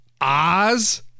Oz